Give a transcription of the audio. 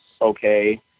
okay